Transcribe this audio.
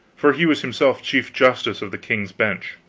for he was himself chief justice of the king's bench.